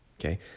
okay